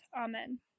Amen